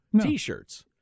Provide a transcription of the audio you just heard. T-shirts